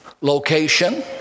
location